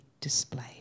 displayed